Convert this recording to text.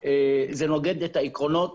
זה נוגד את העקרונות